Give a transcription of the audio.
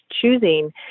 choosing